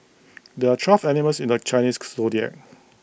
there are twelve animals in the Chinese Zodiac